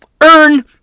Earn